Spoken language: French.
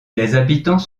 habitants